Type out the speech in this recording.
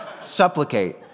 Supplicate